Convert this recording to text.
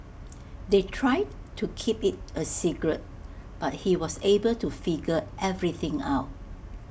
they tried to keep IT A secret but he was able to figure everything out